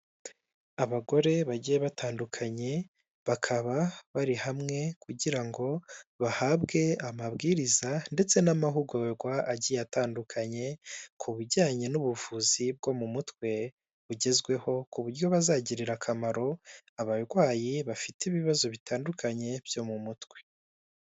Abagore bagiye batandukanye, bakaba bari hamwe kugira ngo bahabwe amabwiriza ndetse n'amahugurwa agiye atandukanye, ku bijyanye n'ubuvuzi bwo mu mutwe bugezweho, ku buryo bazagirira akamaro abarwayi bafite ibibazo bitandukanye byo mu mutwe.